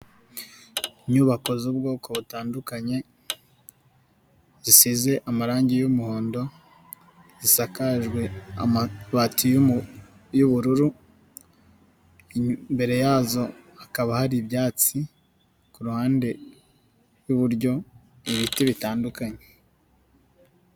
Inyubako z'ubwoko butandukanye zisize amarangi y'umuhondo zisakajwe amabati y'ubururu imbere yazo hakaba hari ibyatsi ku ruhande rw'iburyo ibiti bitandukanye.